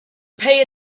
pay